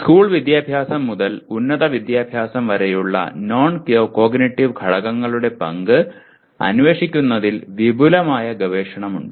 school വിദ്യാഭ്യാസം മുതൽ ഉന്നത വിദ്യാഭ്യാസം വരെയുള്ള നോൺ കോഗ്നിറ്റീവ് ഘടകങ്ങളുടെ പങ്ക് അന്വേഷിക്കുന്നതിൽ വിപുലമായ ഗവേഷണമുണ്ട്